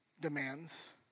demands